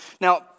Now